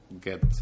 get